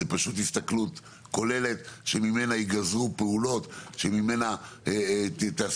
זו פשוט הסתכלות כוללת שממנה ייגזרו פעולות,